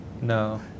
No